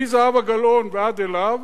מזהבה גלאון ועד אליו,